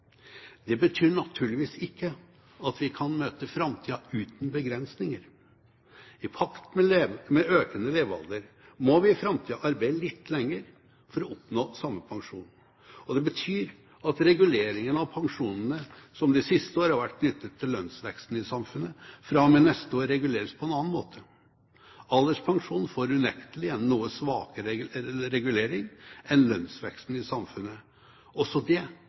Det betyr naturligvis ikke at vi kan møte framtida uten begrensninger. I pakt med økende levealder må vi i framtida arbeide litt lenger for å oppnå samme pensjon. Det betyr at reguleringene av pensjonene, som de siste år har vært knyttet til lønnsveksten i samfunnet, fra og med neste år reguleres på en annen måte. Alderspensjonen får unektelig en noe svakere regulering enn lønnsveksten i samfunnet – også det